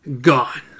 Gone